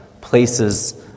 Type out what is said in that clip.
places